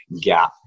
gap